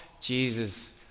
Jesus